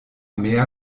mehr